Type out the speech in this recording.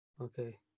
Okay